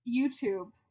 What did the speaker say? YouTube